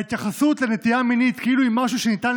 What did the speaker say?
ההתייחסות לנטייה מינית כאילו היא משהו שניתן